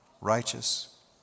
righteous